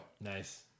Nice